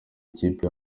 ikipe